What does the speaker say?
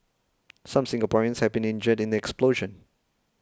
some Singaporeans have been injured in the explosion